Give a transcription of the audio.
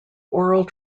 oral